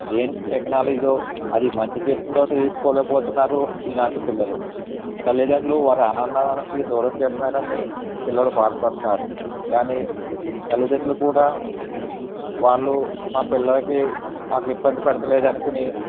ఏం టెక్నాలిజీ అది మంచి చేస్తుందో తెలుసుకోలేకపోతున్నారు ఈనాటి పిల్లలు తల్లిదండ్రులు వారి ఆనందానికి దూరం చేస్తున్నారని పిల్లలు భాదపడుతున్నారు కానీ తల్లిదండ్రులు కూడా వాళ్ళు మా పిల్లలకి నాకు ఇబ్బంది పెట్టడంలేదు అనుకొని